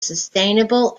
sustainable